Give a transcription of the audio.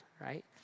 right